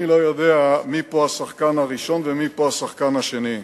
אני לא יודע מי פה השחקן הראשון ומי פה השחקן השני,